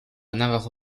navajo